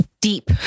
Deep